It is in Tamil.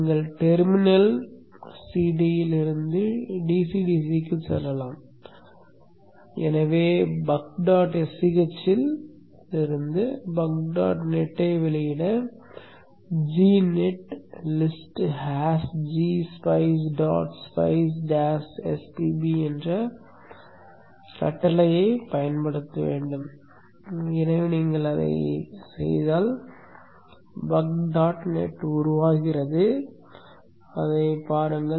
நீங்கள் டெர்மினல் சிடியில் இருந்து டிசிடிசிக்கு செல்லலாம் எனவே நீங்கள் அதைச் செய்தால் பக் டாட் நெட் உருவாகிறது அதைப் பாருங்கள்